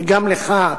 וגם לך,